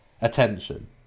attention